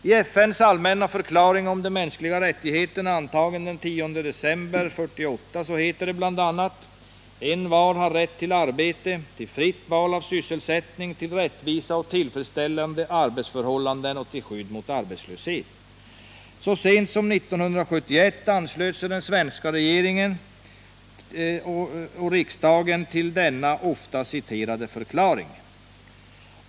I FN:s allmänna förklaring om de mänskliga rättigheterna, antagen den 10 december 1948, heter det bl.a.: ”Envar har rätt till arbete, till fritt val av sysselsättning, till rättvisa och tillfredsställande arbetsförhållanden och till skydd mot arbetslöshet.” Så sent som 1971 anslöt sig den svenska riksdagen och regeringen till denna ofta citerade förklaring.